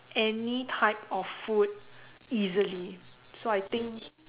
any type of food easily so I think